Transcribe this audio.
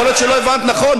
יכול להיות שלא הבנת נכון.